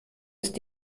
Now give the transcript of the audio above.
ist